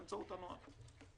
באמצעות הנוהל.